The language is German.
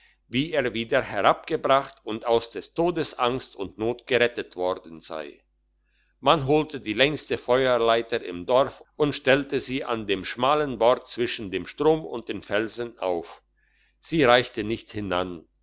wie er wieder herabgebracht und aus des todes angst und not gerettet worden sei man holte die längste feuerleiter im dorf und stellte sie an dem schmalen bort zwischen dem strom und den felsen auf sie reichte nicht hinan